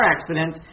accident